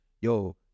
Yo